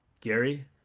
Gary